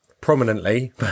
prominently